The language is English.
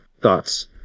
thoughts